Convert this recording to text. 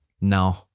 No